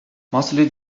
mostly